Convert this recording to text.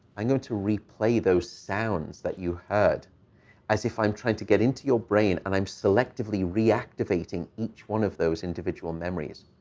i'm going to replay those sounds that you heard as if i'm trying to get into your brain and i'm selectively reactivating each one of those individual memories.